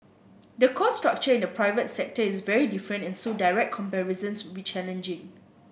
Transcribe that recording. the cost structure in the private sector is very different and so direct comparisons would be challenging